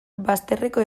bazterreko